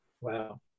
Wow